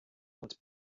und